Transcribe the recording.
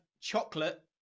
chocolate